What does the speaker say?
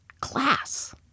class